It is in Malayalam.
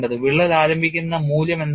വിള്ളൽ ആരംഭിക്കുന്ന മൂല്യം എന്താണ്